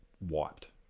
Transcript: wiped